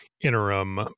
interim